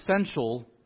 essential